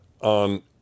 on